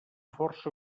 força